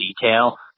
detail